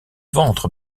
ventre